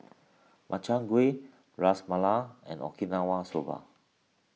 Makchang Gui Ras Malai and Okinawa Soba